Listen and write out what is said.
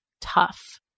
tough